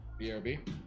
BRB